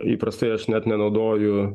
įprastai aš net nenaudoju